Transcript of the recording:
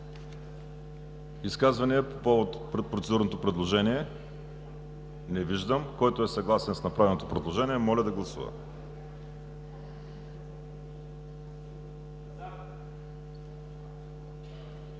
Изказвания по процедурното предложение? Не виждам. Който е съгласен с направеното предложение, моля да гласува. Гласували